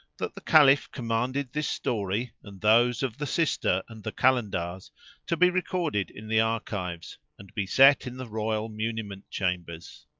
that the caliph commanded this story and those of the sister and the kalandars to be recorded in the archives and be set in the royal muniment-chambers.